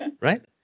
right